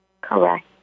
Correct